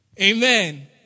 Amen